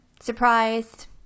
Surprised